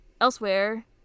Elsewhere